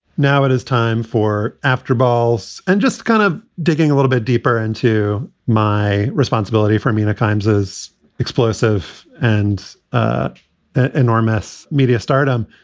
now it is time for after balls and just kind of digging a little bit deeper and to my responsibility for mina kimes as explosive and enormous media stardom.